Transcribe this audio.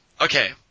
Okay